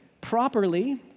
properly